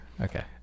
Okay